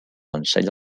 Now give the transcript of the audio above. ensella